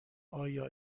آیا